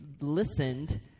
listened